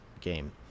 game